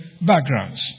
backgrounds